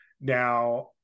Now